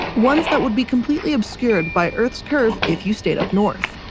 ones that would be completely obscured by earth's curve if you stayed up north.